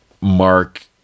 Mark